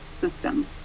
system